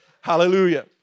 Hallelujah